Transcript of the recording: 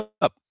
up